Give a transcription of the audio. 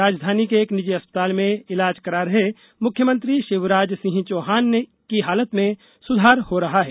राजधानी के एक निजी अस्पताल में ईलाज करा रहे मुख्यमंत्री शिवराज सिंह चौहान की हालत में सुधार हो रहा है